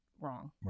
wrong